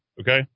okay